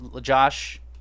Josh